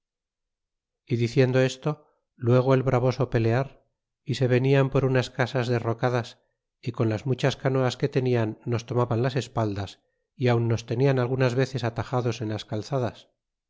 y diciendo esto luego el bravos pelear y se venían por unas casas derrocadas y con las muchas canoas que tenían nos tomaban las espaldas y aun nos tenian algunas veces atajados en las calzadas